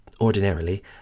Ordinarily